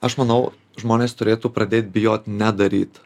aš manau žmonės turėtų pradėt bijot nedaryt